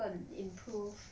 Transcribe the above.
更 improve